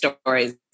stories